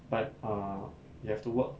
but uh you have to work